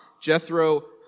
Jethro